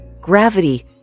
gravity